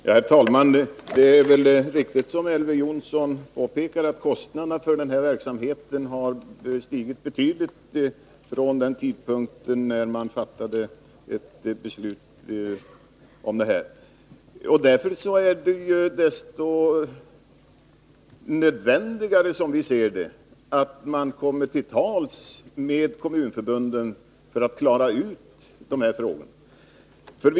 Herr talman! Det är väl riktigt, som Elver Jonsson påpekar, att kostnaderna för den här verksamheten har stigit betydligt från den tidpunkt när beslutet om den fattades. Därför är det desto mer nödvändigt, som vi ser det, att komma till tals med kommunförbunden för att klara ut dessa frågor.